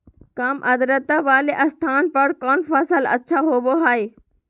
काम आद्रता वाले स्थान पर कौन फसल अच्छा होबो हाई?